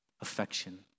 affection